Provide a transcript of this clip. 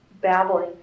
babbling